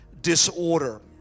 disorder